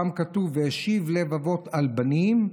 פעם כתוב: "והשיב לב אבות על בנים",